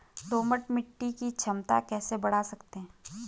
दोमट मिट्टी की क्षमता कैसे बड़ा सकते हैं?